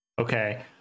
Okay